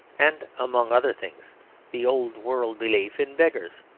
and among other things the old-world belief in beggars.